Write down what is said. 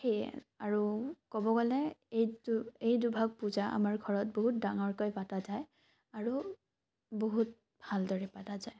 সেই আৰু ক'ব গ'লে এই দু দুভাগ পূজা আমাৰ ঘৰত বহুত ডাঙৰকৈ পতা যায় আৰু বহুত ভাল দৰে পাতা যায়